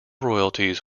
royalties